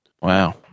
Wow